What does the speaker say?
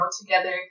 together